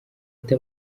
ati